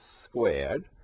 squared